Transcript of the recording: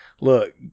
look